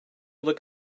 look